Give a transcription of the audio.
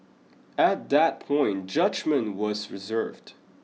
at that point judgement was reserved